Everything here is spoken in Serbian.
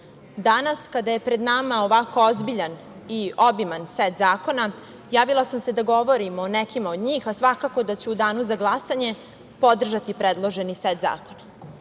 danas kada je pred nama ovako ozbiljan i obiman set zakona, javila sam se da govorim o nekima od njih, a svakako da ću u danu za glasanje podržati predloženi set zakona. Na